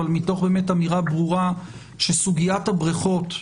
אבל מתוך אמירה ברורה שסוגיית הבריכות,